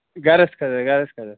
گَرَس خٲطرٕ گَرَس خٲطرٕ